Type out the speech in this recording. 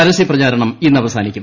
പരസ്യപ്രചാരണം ഇന്ന് അവസാനിക്കും